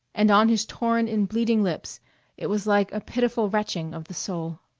and on his torn and bleeding lips it was like a pitiful retching of the soul.